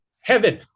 heaven